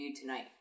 tonight